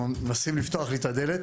הם מנסים לפתוח לי את הדלת.